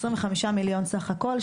עשרים וחמישה מיליון סך הכל,